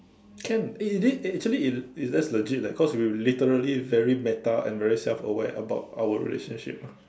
can eh is it eh actually it that's legit leh cause literally very meta and very self aware about our relationship ah